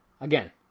again